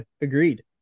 agreed